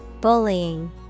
Bullying